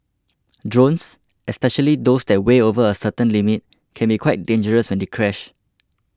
drones especially those that weigh over a certain limit can be quite dangerous when they crash